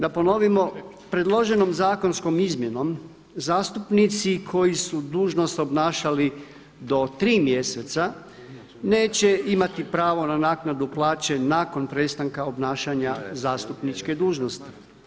Da ponovimo, predloženom zakonskom izmjenom zastupnici koji su dužnost obnašali do tri mjeseca neće imati pravo na naknadu plaće nakon prestanka obnašanja zastupniče dužnosti.